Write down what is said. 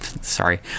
sorry